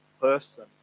person